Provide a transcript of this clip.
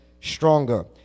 stronger